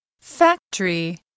Factory